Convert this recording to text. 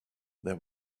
there